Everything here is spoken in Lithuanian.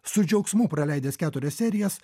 su džiaugsmu praleidęs keturias serijas